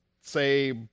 say